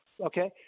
okay